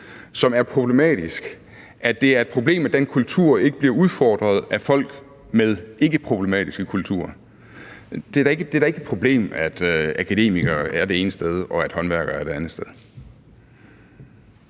som er problematisk, at det er problem, at den kultur ikke bliver udfordret af folk med ikkeproblematiske kulturer. Det er da ikke et problem, at akademikere er det ene sted, og at håndværkere er et andet sted.